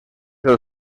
del